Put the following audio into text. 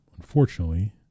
unfortunately